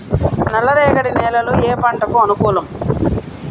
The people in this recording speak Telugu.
నల్ల రేగడి నేలలు ఏ పంటకు అనుకూలం?